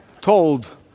told